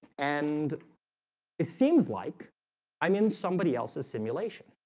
and it seems like i'm in somebody else's simulation